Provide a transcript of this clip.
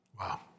Wow